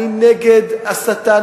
אני נגד הסתה,